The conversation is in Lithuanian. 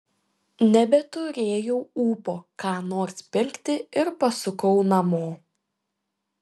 nebeturėjau ūpo ką nors pirkti ir pasukau namo